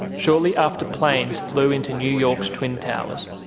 shortly after planes flew into new york's twin towers,